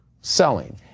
selling